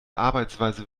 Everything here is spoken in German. arbeitsweise